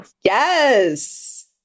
Yes